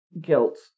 guilt